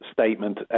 statement